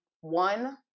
one